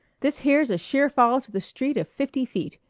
this here's a sheer fall to the street of fifty feet.